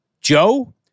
Joe